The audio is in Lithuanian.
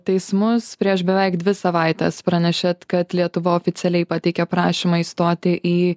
teismus prieš beveik dvi savaites pranešėt kad lietuva oficialiai pateikė prašymą įstoti į